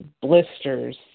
blisters